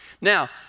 Now